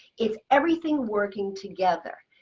it's everything working together.